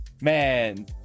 man